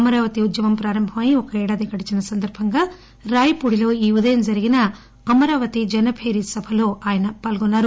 అమరావతి ఉద్యమం ప్రారంభమై ఒక ఏడాది గడిచిన సందర్బంగా రాయపూడిలో ఈ ఉదయం జరిగిన అమరావతి జన భేరి సభలో ఆయన పాల్గొన్నారు